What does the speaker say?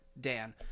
Dan